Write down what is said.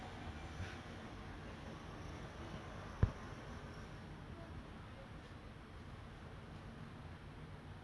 one of them one of them very talkative everything ah you do right eve~ literally everything you you do he will have a question